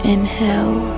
Inhale